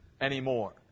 anymore